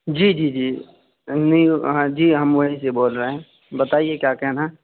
جی جی جی نہیں ہاں جی ہم وہیں سے بول رہے ہیں بتائیے کیا کہنا ہے